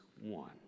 one